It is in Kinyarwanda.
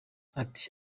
ati